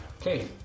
Okay